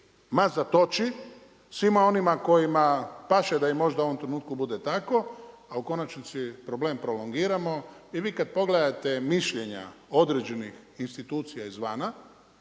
mazat oči svima onima kojima paše da im možda u ovom trenutku bude tako, a u konačnici problem prolongiramo. Jer vi kad pogledate mišljenja određenih institucija izvana